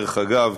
דרך אגב,